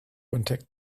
contact